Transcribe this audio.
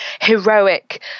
heroic